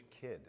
kid